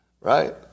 right